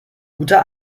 guter